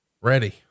ready